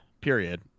Period